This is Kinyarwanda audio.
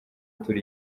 atura